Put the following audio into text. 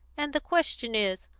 and the question is,